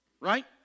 Right